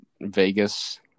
Vegas